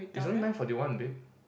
it's only nine forty one babe